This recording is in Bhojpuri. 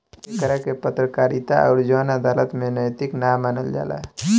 एकरा के पत्रकारिता अउर जन अदालत में नैतिक ना मानल जाला